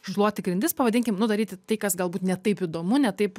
šluoti grindis pavadinkim nu daryti tai kas galbūt ne taip įdomu ne taip